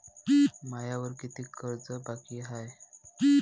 मायावर कितीक कर्ज बाकी हाय?